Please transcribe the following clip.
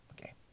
Okay